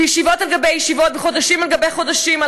וישיבות על גבי ישיבות וחודשים על גבי חודשים על